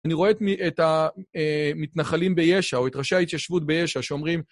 אני רואה את המתנחלים ביש"ע, או את ראשי ההתיישבות בישע שאומרים...